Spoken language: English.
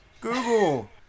Google